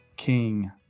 king